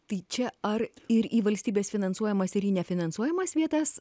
tai čia ar ir į valstybės finansuojamas ir į nefinansuojamas vietas